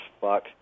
fuck